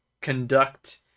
conduct